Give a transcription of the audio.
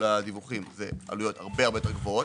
הדיווחים - זה עלויות הרבה יותר גבוהות.